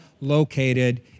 located